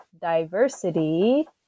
diversity